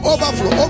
Overflow